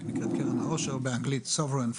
נקראת קרן העושר באנגלית Sovereign fund,